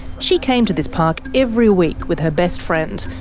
she came to this park every week with her best friend,